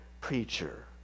preacher